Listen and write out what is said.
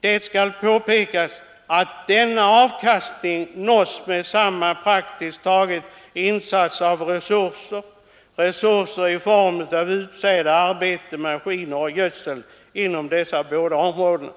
Det skall påpekas att denna avkastning nås med praktiskt taget samma insats av resurser i form av utsäde, arbete, maskiner och gödsel inom båda områdena.